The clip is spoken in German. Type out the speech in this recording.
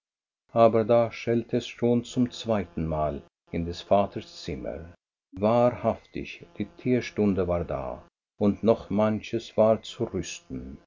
lie aber da schellte es schon zum zweitenmal in des vaters zimmer wahrhaftig die teestunde war da und noch manches war zu rüsten